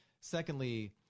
Secondly